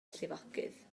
llifogydd